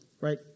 right